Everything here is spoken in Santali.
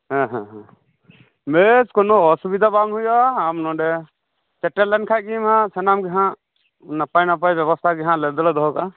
ᱦᱮᱸ ᱦᱮᱸ ᱦᱮᱸ ᱵᱮᱥ ᱠᱳᱱᱚ ᱚᱥᱩᱵᱤᱫᱷᱟ ᱵᱟᱝ ᱦᱩᱭᱩᱜᱼᱟ ᱟᱢ ᱱᱚᱰᱮ ᱥᱮᱴᱮᱨ ᱞᱮᱱ ᱠᱷᱟᱡ ᱜᱮᱢ ᱱᱟᱦᱟᱜ ᱥᱟᱱᱟᱢ ᱜᱮ ᱱᱟᱦᱟᱜ ᱱᱟᱯᱟᱭ ᱱᱟᱯᱟᱭ ᱵᱮᱵᱚᱛᱷᱟ ᱜᱮ ᱱᱟᱦᱟᱜ ᱟᱞ ᱫᱚᱞᱮ ᱫᱚᱦᱚ ᱠᱟᱫᱼᱟ